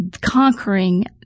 conquering